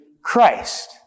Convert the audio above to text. Christ